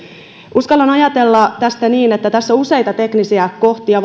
uskallan ajatella tästä niin että tässä on valiokunnassa arvioitavaksi useita teknisiä kohtia